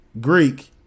Greek